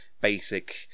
basic